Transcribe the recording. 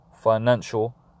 financial